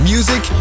Music